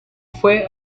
fue